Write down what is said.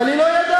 אבל היא לא ידעה.